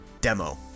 demo